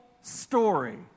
story